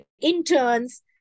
interns